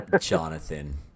Jonathan